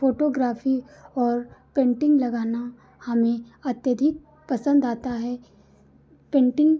photography और painting लगाना हमें अत्यधिक पसंद आता है पेन्टिंग